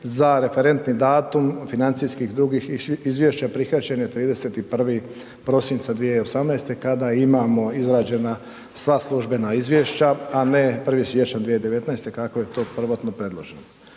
za referentni datum financijskih i drugih izvješća prihvaćen je 31. prosinca 2018. kad imamo izrađena sva službena izvješća, a ne 1. siječnja 2019. kako je to prvotno predloženo.